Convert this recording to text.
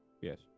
Yes